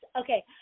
Okay